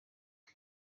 bwe